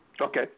Okay